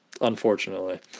Unfortunately